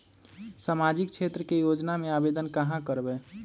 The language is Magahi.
सामाजिक क्षेत्र के योजना में आवेदन कहाँ करवे?